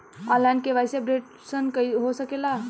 आन line KYC updation हो सकेला का?